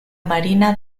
marina